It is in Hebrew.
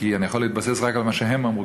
כי אני יכול להתבסס רק על מה שהם אמרו,